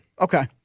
Okay